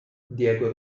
diego